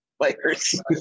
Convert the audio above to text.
players